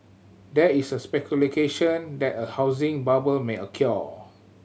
there is speculation that a housing bubble may occur